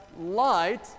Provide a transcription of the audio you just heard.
light